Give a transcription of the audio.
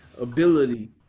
ability